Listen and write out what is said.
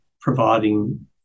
providing